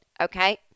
okay